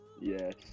yes